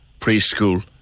preschool